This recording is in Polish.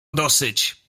dosyć